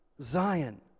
Zion